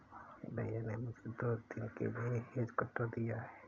भैया ने मुझे दो दिन के लिए हेज कटर दिया है